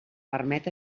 permet